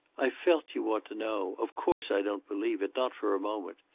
i felt you ought to know. of course i don't believe it. not for a moment.